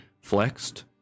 flexed